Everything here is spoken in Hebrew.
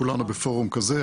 כולנו בפורום כזה.